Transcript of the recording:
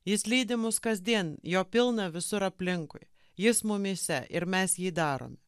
jis lydi mus kasdien jo pilna visur aplinkui jis mumyse ir mes jį darome